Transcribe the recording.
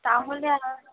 তাহলে আর